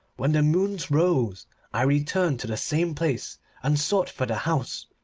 when the moon rose i returned to the same place and sought for the house,